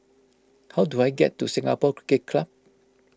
how do I get to Singapore Cricket Club